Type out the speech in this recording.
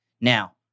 Now